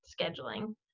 scheduling